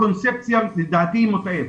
הקונספציה לדעתי היא מוטעית.